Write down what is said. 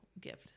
gift